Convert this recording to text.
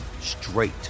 straight